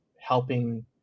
helping